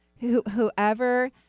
whoever